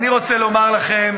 אני רוצה לומר לכם,